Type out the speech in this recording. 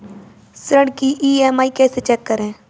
ऋण की ई.एम.आई कैसे चेक करें?